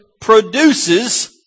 produces